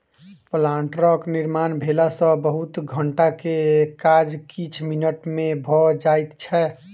प्लांटरक निर्माण भेला सॅ बहुत घंटा के काज किछ मिनट मे भ जाइत छै